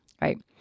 right